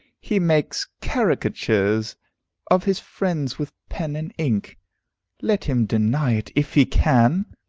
he makes caricatures of his friends with pen and ink let him deny it if he can!